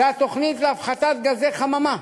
זה התוכנית להפחתת גזי חממה,